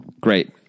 great